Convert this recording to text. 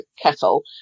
kettle